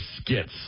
skits